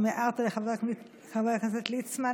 אם הערת לחבר הכנסת ליצמן,